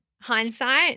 hindsight